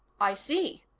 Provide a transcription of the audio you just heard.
i see,